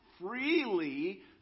freely